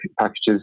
packages